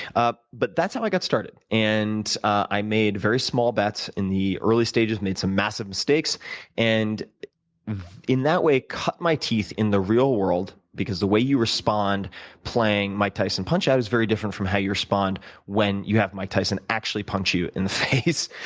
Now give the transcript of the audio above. but that's how i got started. and i made some very small bets in the early stages made some massive mistakes and in that way cut my teeth in the real world. because the way you respond playing mike tyson punch out is very different from how you respond when you have mike tyson actually punch you in the face.